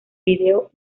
video